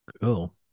Cool